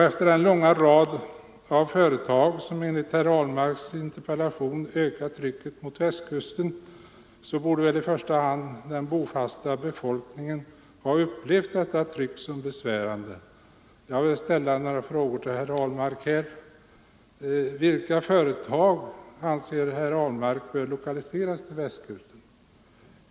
Efter den långa rad av företag som enligt herr Ahlmarks interpellation ökar trycket mot Västkusten borde väl i första hand den bofasta befolkningen ha upplevt detta tryck som besvärande. Jag vill ställa några frågor till herr Ahlmark: Vilka 131 företag anser herr Ahlmark bör lokaliseras till Västkusten?